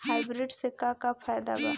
Hybrid से का का फायदा बा?